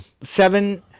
seven